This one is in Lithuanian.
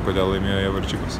kodėl laimėjo jie varžybas